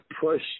push